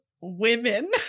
women